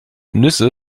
nüsse